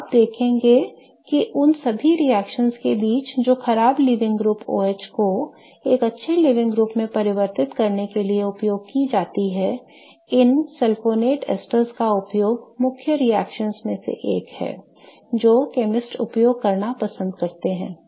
तो आप देखेंगे कि उन सभी रिएक्शनओं के बीच जो खराब लीविंग ग्रुप OH को एक अच्छे लीविंग ग्रुप में परिवर्तित करने के लिए उपयोग की जाती हैं इन सल्फोनेट एस्टर का उपयोग मुख्य रिएक्शनओं में से एक है जो chemists उपयोग करना पसंद करते हैं